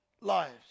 lives